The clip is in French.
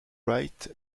wright